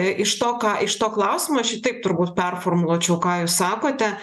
iš to ką iš to klausimo aš jį taip turbūt performuluočiau ką jūs sakote